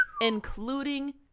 including